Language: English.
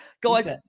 Guys